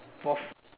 fourth